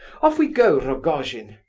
off we go, rogojin!